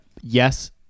yes